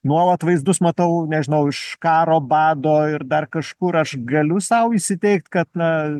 nuolat vaizdus matau nežinau iš karo bado ir dar kažkur aš galiu sau įsiteigt kad na